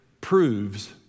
proves